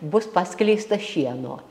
bus paskleista šieno